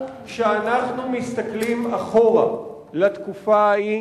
הדקה הזאת